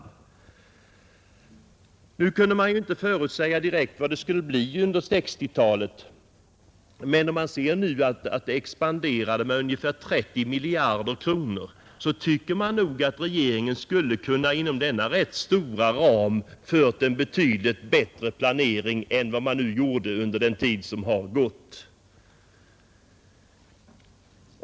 Vi kunde ju inte förutsäga budgetens expansion under 1960-talet, men då man ser att den har varit ungefär 30 miljarder kronor, tycker man att regeringen inom denna rätt vida ram skulle ha kunnat åstadkomma en betydligt bättre planering än den gjorde under den tid som har gått.